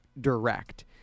direct